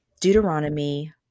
Deuteronomy